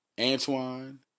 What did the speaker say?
Antoine